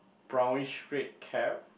brownish red cap